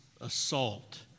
assault